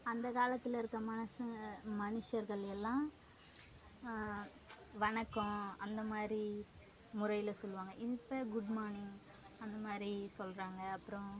அந்த காலத்தில் இருக்க மனுசங்க மனுஷர்கள் எல்லாம் வணக்கம் அந்த மாதிரி முறையில் சொல்லுவாங்க இப்போ குட் மார்னிங் அந்த மாதிரி சொல்கிறாங்க அப்றம்